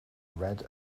red